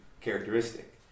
characteristic